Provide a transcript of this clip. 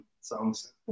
songs